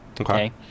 Okay